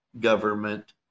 government